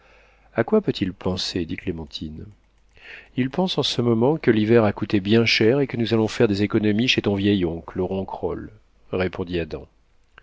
a quoi peut-il penser dit clémentine il pense en ce moment que l'hiver a coûté bien cher et que nous allons faire des économies chez ton vieil oncle ronquerolles répondit adam